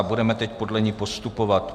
Budeme teď podle ní postupovat.